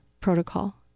protocol